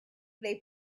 they